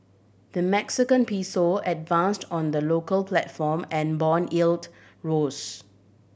the Mexican Peso advanced on the local platform and bond yield rose